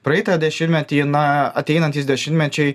praeitą dešimtmetį na ateinantys dešimtmečiai